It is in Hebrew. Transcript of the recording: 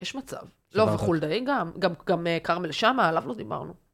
יש מצב. לא וחולדאי גם, גם כרמל שאמה, עליו לא דיברנו.